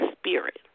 spirit